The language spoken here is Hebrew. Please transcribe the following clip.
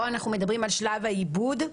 פה אנחנו מדברים על שלב העיבוד,